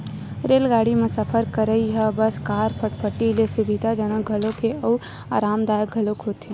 रेलगाड़ी म सफर करइ ह बस, कार, फटफटी ले सुबिधाजनक घलोक हे अउ अरामदायक घलोक होथे